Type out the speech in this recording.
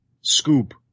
scoop